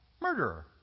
murderer